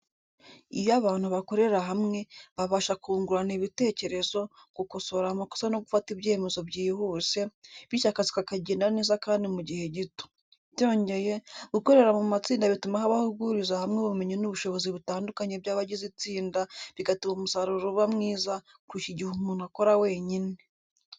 Iyo abantu bakorera hamwe, babasha kungurana ibitekerezo, gukosora amakosa no gufata ibyemezo byihuse, bityo akazi kakagenda neza kandi mu gihe gito. Byongeye, gukorera mu matsinda bituma habaho guhuriza hamwe ubumenyi n'ubushobozi butandukanye by'abagize itsinda, bigatuma umusaruro uba mwiza, kurusha igihe umuntu akora wenyine.